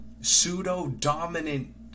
pseudo-dominant